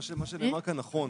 מה שנאמר כאן הוא נכון,